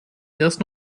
erst